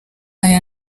aya